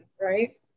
right